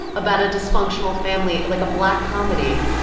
about a dysfunctional family. like a black comedy.